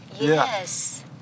Yes